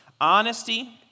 honesty